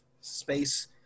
space